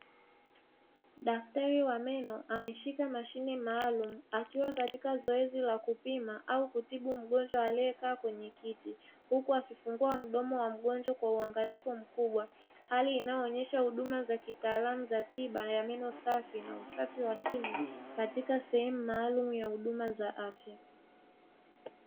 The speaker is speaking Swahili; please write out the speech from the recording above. Daktari wa meno ameshika mashine maalumu akiwa katika zoezi la kupima au kutibu mgonjwa aliyekaa kwenye kiti, huku akifungua mdomo wa mgonjwa kwa uangalifu mkubwa; hali inayoonyesha huduma za kitaalamu za tiba za meno safi na usafi wa kinywa katika sehemu maalumu za huduma ya afya.